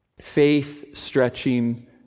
faith-stretching